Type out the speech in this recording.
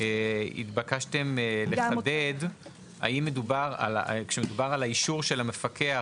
התבקשתם לחדד האם כשמדובר באישור של המפקח